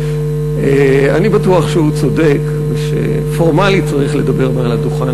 אני בטוח שהוא צודק ופורמלית צריך לדבר מהדוכן,